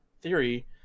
theory